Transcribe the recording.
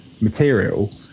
material